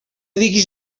digues